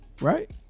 Right